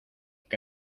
qué